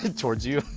ah towards you.